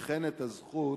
וכן את הזכות,